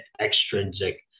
extrinsic